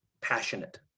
passionate